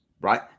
right